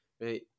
right